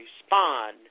respond